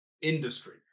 industry